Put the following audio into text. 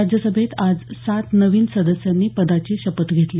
राज्यसभेत आज सात नवीन सदस्यांनी पदाची शपथ घेतली